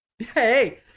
Hey